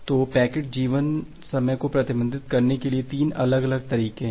तो पैकेट जीवन समय को प्रतिबंधित करने के लिए 3 अलग अलग तरीके हैं